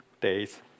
days